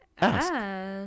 ask